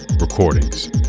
Recordings